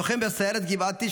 לוחם בסיירת גבעתי,